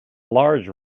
large